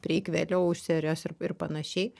prieik vėliau iš serijos ir ir panašiai